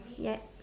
ya